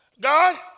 God